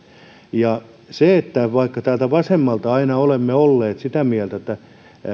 ja vaikka täältä vasemmalta olemme aina olleet sitä mieltä että